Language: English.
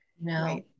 No